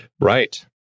Right